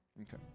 Okay